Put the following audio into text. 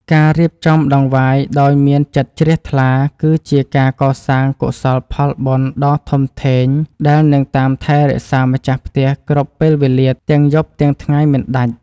ការរៀបចំដង្វាយដោយមានចិត្តជ្រះថ្លាគឺជាការកសាងកុសលផលបុណ្យដ៏ធំធេងដែលនឹងតាមថែរក្សាម្ចាស់ផ្ទះគ្រប់ពេលវេលាទាំងយប់ទាំងថ្ងៃមិនដាច់។